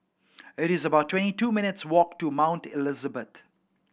it is about twenty two minutes' walk to Mount Elizabeth